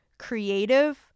creative